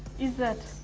is that